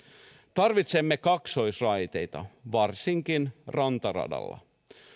tarvitsemme kaksoisraiteita varsinkin rantaradalla